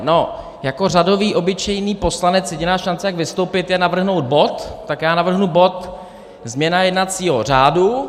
No, jako řadový obyčejný poslanec jediná šance, jak vystoupit, je navrhnout bod, tak já navrhnu bod změna jednacího řádu.